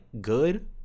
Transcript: good